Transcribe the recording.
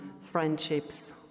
friendships